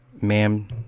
ma'am